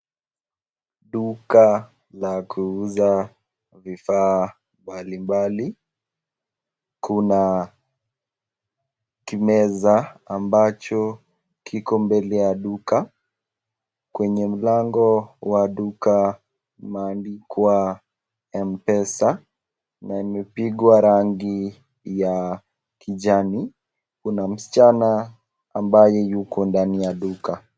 Duka la kuuza vifaa mbali mbali, kuna kimeza ambacho kiko mbele ya duka, kwenye mlango wa duna kimeandikwa mpesa, naimepigwa rangi ya kijani. Kuna mschana ambaye yuko ndani ya duka.